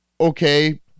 Okay